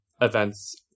events